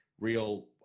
real